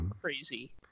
crazy